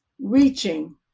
reaching